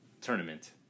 tournament